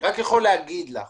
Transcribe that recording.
אני יכול להגיד לך